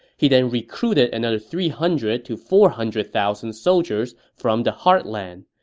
he then recruited another three hundred to four hundred thousand soldiers from the heartland.